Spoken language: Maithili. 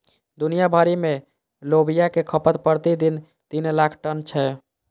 दुनिया भरि मे लोबिया के खपत प्रति दिन तीन लाख टन छै